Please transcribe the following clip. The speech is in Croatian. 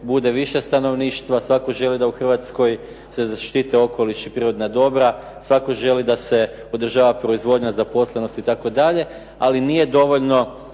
bude više stanovništva, svatko želi da u Hrvatskoj se zaštite okoliš i prirodna dobra, svatko želi da se održava proizvodnja zaposlenosti itd., ali nije dovoljno